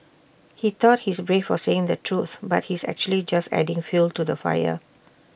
he thought he's brave for saying the truth but he's actually just adding fuel to the fire